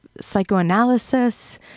psychoanalysis